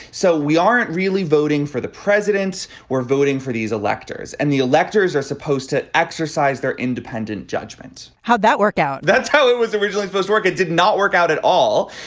so we aren't really voting for the presidents. we're voting for these electors and the electors are supposed to exercise their independent judgment. how'd that work out. that's how it was originally supposed work it did not work out at all.